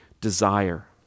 desire